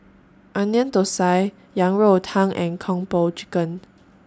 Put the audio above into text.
Onion Thosai Yang Rou Tang and Kung Po Chicken